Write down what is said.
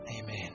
Amen